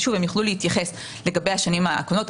הם יוכלו להתייחס לגבי השנים האחרונות.